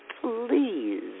please